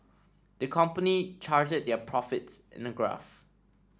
the company charted their profits in a graph